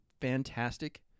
fantastic